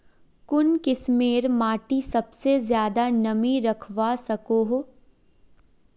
कुन किस्मेर माटी सबसे ज्यादा नमी रखवा सको हो?